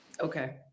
okay